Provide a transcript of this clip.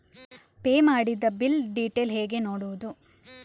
Pay ಮಾಡಿದ bill detail ಹೇಗೆ ನೋಡುವುದು?